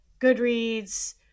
Goodreads